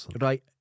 Right